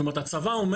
הצבא,